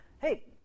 hey